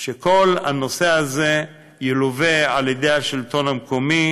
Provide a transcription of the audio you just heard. שכל הנושא הזה ילווה על ידי השלטון המקומי,